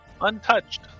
Untouched